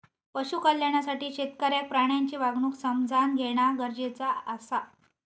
पशु कल्याणासाठी शेतकऱ्याक प्राण्यांची वागणूक समझान घेणा गरजेचा आसा